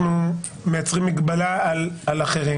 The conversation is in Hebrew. אנחנו מייצרים מגבלה על אחרים.